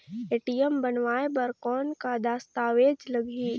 ATM बनवाय बर कौन का दस्तावेज लगही?